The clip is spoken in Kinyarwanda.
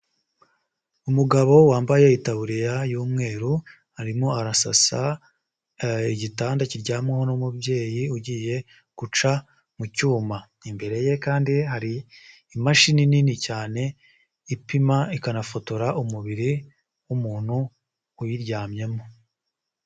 Umugabo wambaye itaburiya y'umweru, arimo arasasa igitanda kiryamwaho n'umubyeyi ugiye guca mu cyuma, imbere ye kandi hari imashini nini cyane ipima ikanafotora umubiri w'umuntu uyiryamyemo.